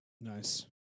Nice